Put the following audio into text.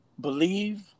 believe